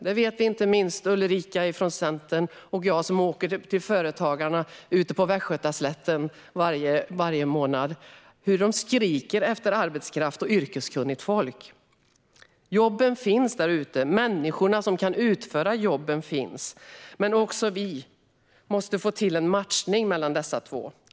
Det vet inte minst Ulrika från Centern och jag, som varje månad åker till företagarna ute på Västgötaslätten. De skriker efter arbetskraft och yrkeskunnigt folk. Jobben finns där, och människor som kan utföra jobben finns. Men vi måste få till en matchning mellan dessa två.